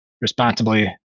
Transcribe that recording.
responsibly